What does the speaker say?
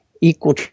equal